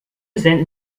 senden